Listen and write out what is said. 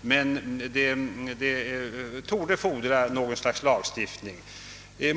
men det torde fordra något slags lagstiftning.